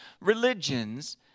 religions